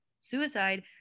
suicide